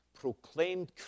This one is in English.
proclaimed